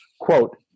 quote